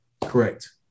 Correct